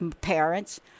parents